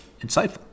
insightful